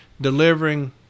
delivering